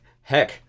heck